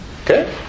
Okay